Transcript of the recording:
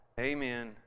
Amen